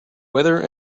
whether